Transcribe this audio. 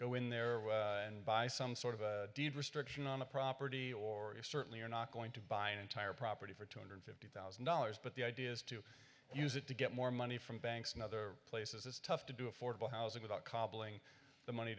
go in there and buy some sort of a deed restriction on the property or you certainly are not going to buy an entire property for two hundred fifty thousand dollars but the idea is to use it to get more money from banks in other places it's tough to do affordable housing without